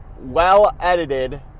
well-edited